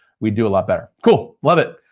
we'd do a lot better. cool, love it.